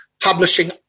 publishing